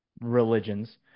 religions